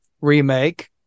remake